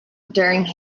during